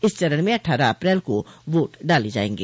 इस चरण में अट्ठारह अप्रैल को वोट डाले जायेंगे